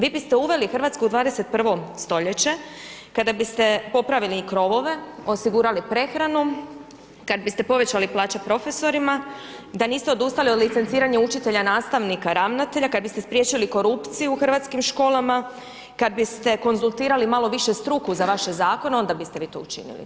Vi biste uveli Hrvatsku u 21. st. kada biste popravili krovove, osigurali prehranu, kad biste povećali plaće profesorima, da niste odustali od licenciranja učitelja, nastavnika, ravnatelja, kad biste spriječili korupciju u hrvatskim školama, kad biste konzultirali malo više struku za vaše zakone, onda biste vi to učinili.